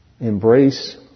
embrace